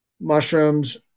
mushrooms